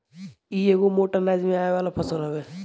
इ एगो मोट अनाज में आवे वाला फसल हवे